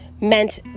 meant